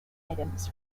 items